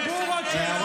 הזמבורות שלכם,